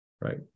right